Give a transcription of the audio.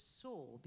soul